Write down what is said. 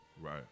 Right